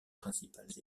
principales